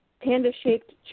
Panda-shaped